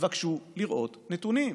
תבקשו לראות נתונים,